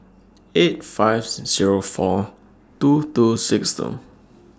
eight fives Zero four two two six two